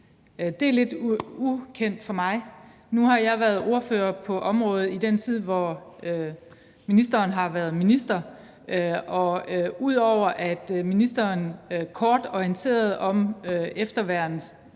Det er lidt ukendt for mig. Nu har jeg været ordfører på området i den tid, hvor ministeren har været minister, og ud over at ministeren kort orienterede om efterværn